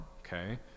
Okay